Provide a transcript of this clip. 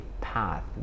path